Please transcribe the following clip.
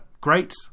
great